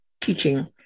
teaching